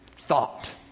thought